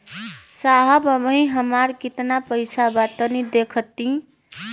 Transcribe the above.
साहब अबहीं हमार कितना पइसा बा तनि देखति?